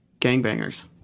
gangbangers